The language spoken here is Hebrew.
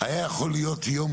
היה יכול להיות יום,